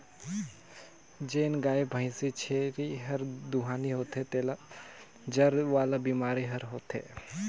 जेन गाय, भइसी, छेरी हर दुहानी होथे तेला जर वाला बेमारी हर होथे